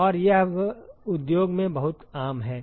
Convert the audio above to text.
और यह उद्योग में बहुत आम है